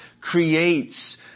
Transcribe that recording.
creates